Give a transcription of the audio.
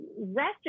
Rest